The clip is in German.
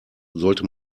sollte